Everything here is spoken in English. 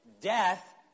death